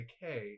hey